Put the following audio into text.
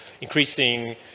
increasing